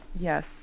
yes